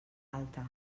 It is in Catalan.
alta